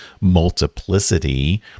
multiplicity